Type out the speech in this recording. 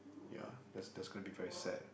ya that's that's going to be very sad